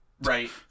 Right